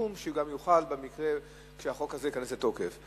סכום יוחל במקרה שהחוק הזה ייכנס לתוקף.